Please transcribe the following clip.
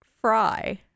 Fry